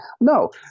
No